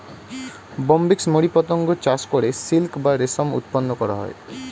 Bombyx mori পতঙ্গ চাষ করে সিল্ক বা রেশম উৎপন্ন করা হয়